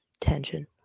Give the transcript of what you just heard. tension